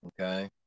okay